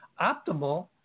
Optimal